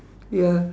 ya